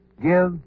give